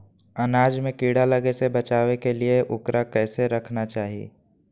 अनाज में कीड़ा लगे से बचावे के लिए, उकरा कैसे रखना चाही?